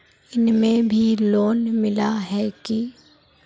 इसमें भी लोन मिला है की